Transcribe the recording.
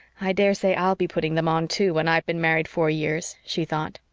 i daresay i'll be putting them on too, when i've been married four years, she thought.